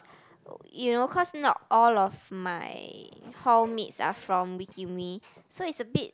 you know cause not all of my hall mates are from wee kim wee so it's a bit